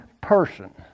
person